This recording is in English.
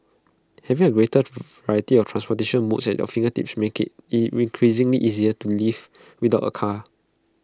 having A greater variety of transportation modes at your fingertips helps make IT increasingly easy to live without A car